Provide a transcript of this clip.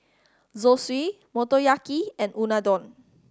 Zosui Motoyaki and Unadon